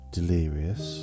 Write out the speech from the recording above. Delirious